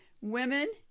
women